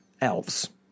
elves